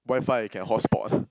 WiFi I can hotspot